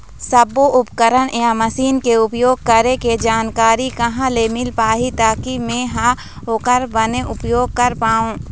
सब्बो उपकरण या मशीन के उपयोग करें के जानकारी कहा ले मील पाही ताकि मे हा ओकर बने उपयोग कर पाओ?